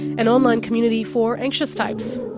an online community for anxious types.